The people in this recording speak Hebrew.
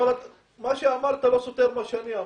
מה שאמרת, לא סותר את מה שאני אומר.